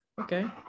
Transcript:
Okay